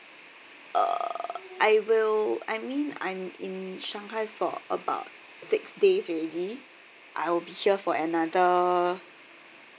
uh I will I mean I'm in shanghai for about six days already I will be here for another